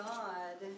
God